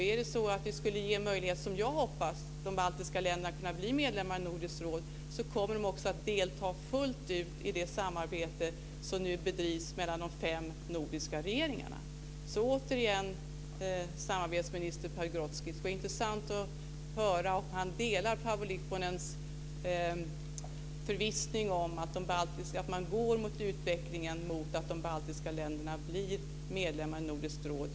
Är det så att vi ger de baltiska länderna möjlighet att bli medlemmar i Nordiska rådet, som jag hoppas, kommer de också att delta fullt ut i det samarbete som nu bedrivs mellan de fem nordiska regeringarna. Det skulle vara intressant att höra om samarbetsminister Pagrotsky delar Paavo Lipponens förvissning om att man går mot att de baltiska länderna blir medlemmar i Nordiska rådet.